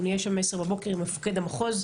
אנחנו נהיה שם בעשר בבוקר עם מפקד המחוז,